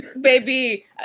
Baby